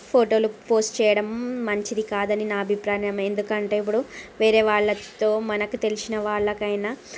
ఫోటోలు పోస్ట్ చేయడం మంచిది కాదని నా అభిప్రాయం ఎందుకంటే ఇప్పుడు వేరే వాళ్ళతో మనకు తెలిసిన వాళ్ళకు అయినా